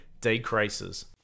decreases